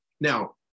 Now